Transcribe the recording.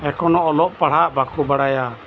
ᱮᱠᱷᱚᱱᱳ ᱚᱞᱚᱜ ᱯᱟᱲᱦᱟᱜ ᱵᱟᱠᱚ ᱵᱟᱲᱟᱭᱟ